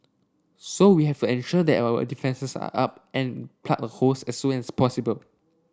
so we have ensure that our defences are up and plug the holes as soon as possible